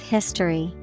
History